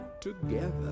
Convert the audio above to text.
together